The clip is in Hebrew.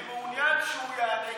אני מעוניין שהוא יענה,